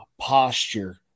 posture